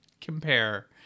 compare